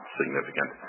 significant